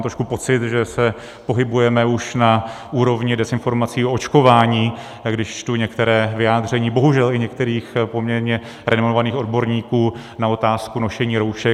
Trošku mám pocit, že se pohybujeme už na úrovni dezinformací o očkování, když čtu některá vyjádření bohužel i některých poměrně renomovaných odborníků na otázku nošení roušek.